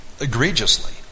egregiously